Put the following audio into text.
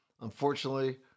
Unfortunately